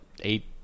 eight